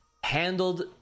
Handled